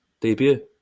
debut